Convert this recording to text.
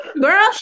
Girl